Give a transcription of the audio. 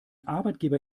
arbeitgeber